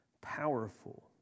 powerful